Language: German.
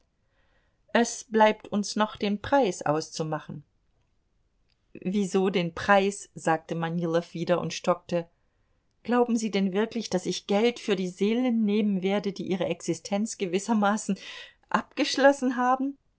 es bleibt uns noch den preis auszumachen wieso den preis sagte manilow wieder und stockte glauben sie denn wirklich daß ich geld für die seelen nehmen werde die ihre existenz gewissermaßen abgeschlossen haben